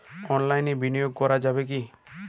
অনলাইনে বিনিয়োগ করা যাবে কি?